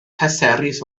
pleserus